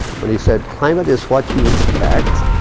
when he said, climate is what you expect,